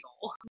goal